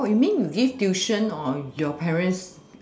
or you mean give tuition or your parents